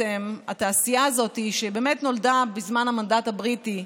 התעשייה הזאת, שנולדה בזמן המנדט הבריטי,